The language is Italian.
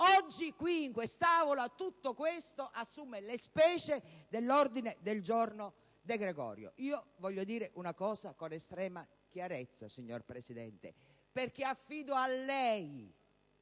Oggi in quest'Aula tutto ciò assume la *species* dell'ordine del giorno De Gregorio. Voglio dire una cosa con estrema chiarezza, signor Presidente, perché affido a lei